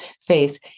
face